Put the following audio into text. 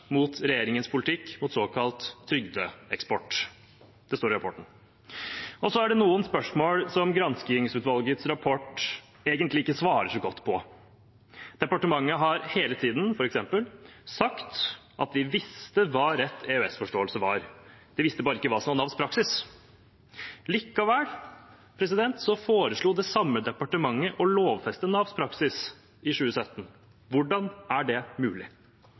regjeringens politikk mot såkalt trygdeeksport. Det står i rapporten. Det er noen spørsmål granskingsutvalgets rapport egentlig ikke svarer så godt på. Departementet har hele tiden f.eks. sagt at de visste hva rett EØS-forståelse var. De visste bare ikke hva som var Navs praksis. Likevel foreslo det samme departementet å lovfeste Navs praksis i 2017. Hvordan er det mulig?